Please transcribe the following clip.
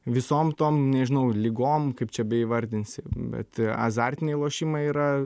visom tom nežinau ligom kaip čia be įvardinsi bet azartiniai lošimai yra